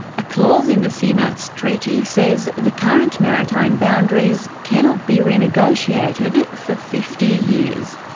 a clause in the cmats treaty says the current maritime boundaries cannot be renegotiated for fifty years.